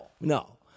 no